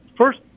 First